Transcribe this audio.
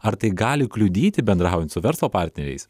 ar tai gali kliudyti bendraujant su verslo partneriais